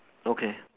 okay